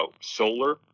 solar